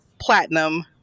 Platinum